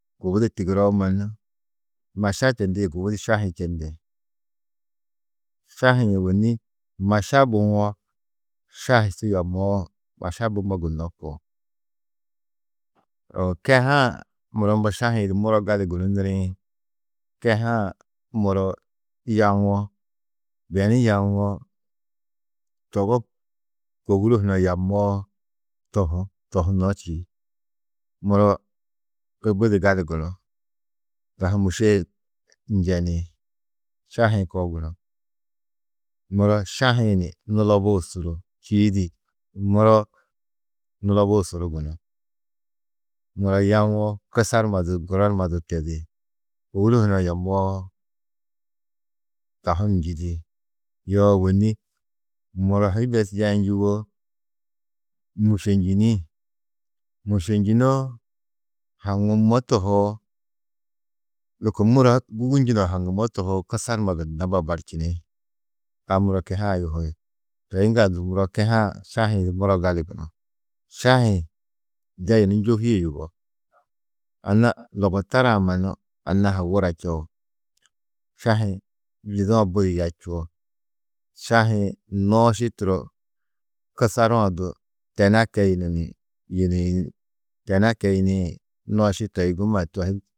Gubudi tigiroo mannu maša čendĩ di gubudi šahi čendi, šahi-ĩ ôwonni maša buwo šahi su yamoó maša bummo gunó koo yoo kehe-ã muro mbo šahi-ĩ di muro gali gunú nirĩ kehe-ã muro yawo, beni yawo togo kôburo hunã yammoó tohú, tohunó čî, muro budi gali gunú, dahu mûše he njeni, šahi-ĩ koo gunú. Muro šahi-ĩ ni nulobuu suru čîidi muro nulobuu suru gunú, muro yawo kusar numa du guro numa du tedi, kôwuro hunã yammoó dahu ni njîdi yoo ôwonni muro hi bes yaî njûwo mûšenjini, mûšenjinoo haŋumó tohoo, lôko muro gûgunjinã haŋumó tohoo kusar numa gunna babar čini. A muro kehe-ã yohi, toi yiŋgaldu muro kehe-ã šahi-ĩ di muro gali gunú, šahi-ĩ de yunu njohîe yugó. Anna logotora-ã mannu anna-ã ha wura čeo, šahi-ĩ zudu-ã budi ya čuo, šahi-ĩ nooši turo kusaru-ã du tena keyunu ni tena keyinĩ nooši toi gu mannu.